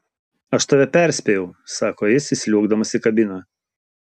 aš tave perspėjau sako jis įsliuogdamas į kabiną